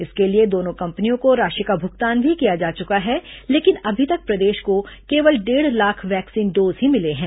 इसके लिए दोनों कंपनियों को राशि का भुगतान भी किया जा चुका है लेकिन अभी तक प्रदेश को केवल डेढ़ लाख वैक्सीन डोज ही मिले हैं